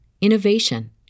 innovation